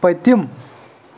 پٔتِم